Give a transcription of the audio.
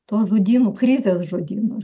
tuo žodynu krizės žodynu